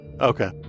Okay